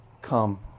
come